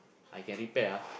I can repair ah